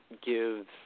give